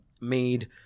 made